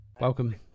Welcome